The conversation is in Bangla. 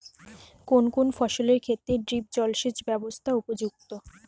কোন কোন ফসলের ক্ষেত্রে ড্রিপ জলসেচ ব্যবস্থা উপযুক্ত?